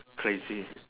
crazy